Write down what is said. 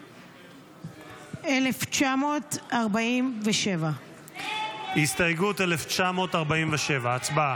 1947. הסתייגות 1947, ההצבעה.